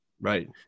Right